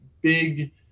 big